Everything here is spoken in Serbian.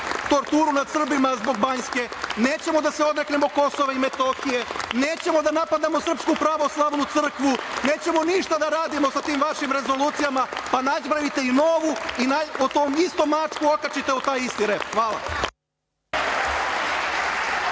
torturu nad Srbima zbog Banjske, nećemo da se odreknemo Kosova i Metohije, nećemo da napadamo SPC, nećemo ništa da radimo sa tim vašim rezolucijama, pa napravite novu i tom istom mačku okačite o taj isti rep. Hvala.